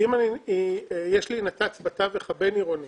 אם יש לי נת"צ בתווך הבין-עירוני